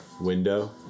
window